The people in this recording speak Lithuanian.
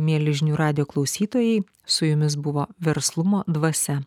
mieli žinių radijo klausytojai su jumis buvo verslumo dvasia